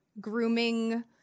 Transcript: grooming